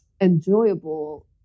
enjoyable